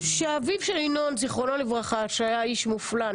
כאשר נפטר אביו זיכרונו לברכה של ינון שהיה איש מופלא,